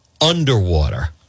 underwater